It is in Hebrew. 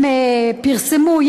הם פרסמו,